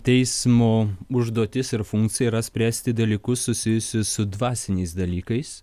teismo užduotis ir funkcija yra spręsti dalykus susijusius su dvasiniais dalykais